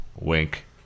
Wink